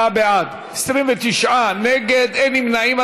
54 בעד, 29 נגד, אין נמנעים.